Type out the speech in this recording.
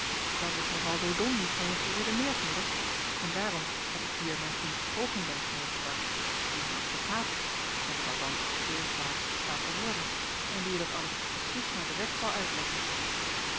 dat is nog al zoo dom niet van je geredeneerd moeder en daarom heb ik hier mijn vriend hoogenberg meêgebracht die een advokaat is of het althans eerstdaags staat te worden en die je dat alles precies naar de wet zal uitleggen